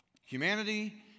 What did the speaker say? Humanity